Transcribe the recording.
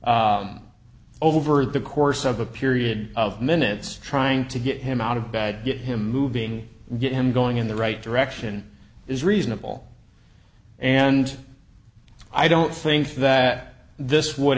person over the course of a period of minutes trying to get him out of bed get him moving get him going in the right direction is reasonable and i don't think that this would